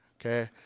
okay